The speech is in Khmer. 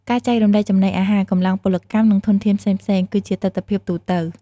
ការចែករំលែកចំណីអាហារ កម្លាំងពលកម្ម និងធនធានផ្សេងៗ គឺជាទិដ្ឋភាពទូទៅ។